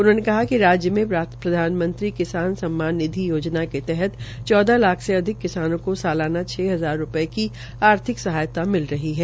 उन्होंने कहा िक राज्य में प्रधानमंत्री फस्ल सम्मान निधि योजना के तहत चौहद लाख से अधिक किसानों को सलाला छ हजार रूपये की आर्थिक सहायता मिल रही है